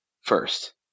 first